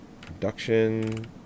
Production